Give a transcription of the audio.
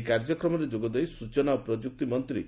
ଏହି କାର୍ଯ୍ୟକ୍ରମରେ ଯୋଗଦେଇ ସୂଚନା ଓ ପ୍ରଯୁକ୍ତି ମନ୍ତ୍ରୀ